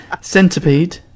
Centipede